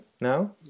No